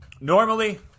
Normally